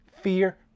fear